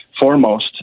foremost